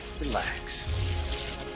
Relax